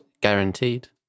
guaranteed